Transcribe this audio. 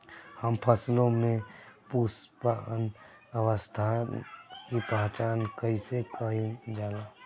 हम फसलों में पुष्पन अवस्था की पहचान कईसे कईल जाला?